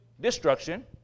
destruction